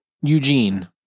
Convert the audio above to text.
Eugene